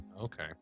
Okay